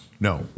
No